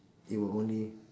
it will only